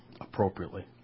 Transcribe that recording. appropriately